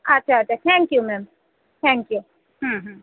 আচ্ছা আচ্ছা thank you ma'am thank you hmm hmm